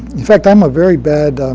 in fact, i'm a very bad